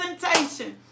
presentation